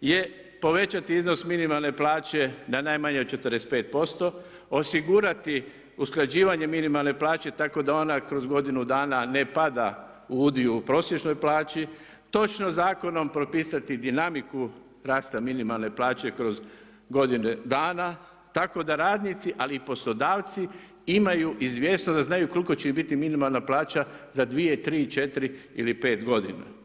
je povećati iznos minimalne plaće na najmanje 45%, osigurati usklađivanje minimalne plaće tako da ona kroz godinu dana ne pada u udio u prosječnoj plaći, točno zakonom propisati dinamiku rasta minimalne plaće kroz godinu dana tako da radnici ali i poslodavci imaju izvjesnost, da znaju koliko će im biti minimalna plaća za 2, 3, 4 ili 5 godina.